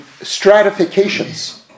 stratifications